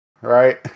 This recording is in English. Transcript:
Right